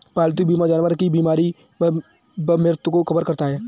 पालतू बीमा जानवर की बीमारी व मृत्यु को कवर करता है